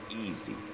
easy